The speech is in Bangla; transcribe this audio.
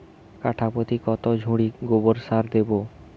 কাঠাপ্রতি কত ঝুড়ি গোবর সার দেবো?